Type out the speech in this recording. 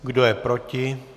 Kdo je proti?